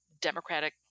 democratic